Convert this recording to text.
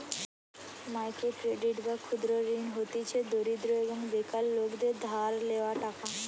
micro credit বা ক্ষুদ্র ঋণ হতিছে দরিদ্র এবং বেকার লোকদের ধার লেওয়া টাকা